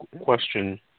question